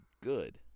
good